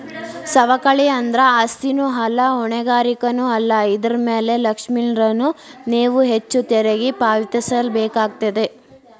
ಸವಕಳಿ ಅಂದ್ರ ಆಸ್ತಿನೂ ಅಲ್ಲಾ ಹೊಣೆಗಾರಿಕೆನೂ ಅಲ್ಲಾ ಇದರ್ ಮ್ಯಾಲೆ ಲಕ್ಷಿಲ್ಲಾನ್ದ್ರ ನೇವು ಹೆಚ್ಚು ತೆರಿಗಿ ಪಾವತಿಸಬೇಕಾಕ್ಕೇತಿ